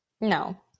No